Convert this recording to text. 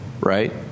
right